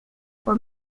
for